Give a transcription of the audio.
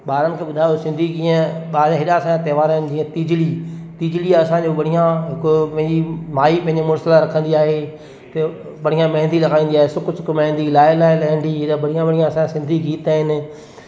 ॿारनि खे ॿुधायो सिंधी कीअं ॿार हेॾा असांजा तहिंवार आहिनि जीअं तीजड़ी तीजड़ी असांजो बढ़ियां हिकु वेही माई पंहिंजे मुड़ुसि लाइ रखंदी आहे उते हू बढ़ियां मेंहदी लॻाईंदी आहे सुकु सुकु मेंहदी लाहे लाहे लहंदी हेॾा बढ़िया बढ़िया असांजा सिंधी गीत आहिनि